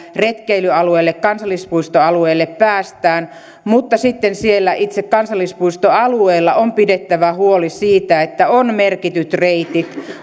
retkeilyalueelle kansallispuistoalueelle päästään mutta sitten siellä itse kansallispuistoalueella on pidettävä huoli siitä että on merkityt reitit